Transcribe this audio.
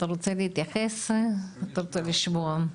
אתה רוצה להתייחס או שאתה רוצה לשמוע?